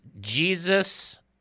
Jesus